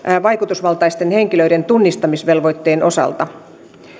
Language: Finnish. vaikutusvaltaisten henkilöiden tunnistamisvelvoitteen osalta